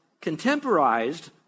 contemporized